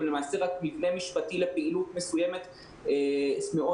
והן רק מבנה משפטי לפעילות מסוימת ספציפית.